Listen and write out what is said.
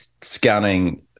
scanning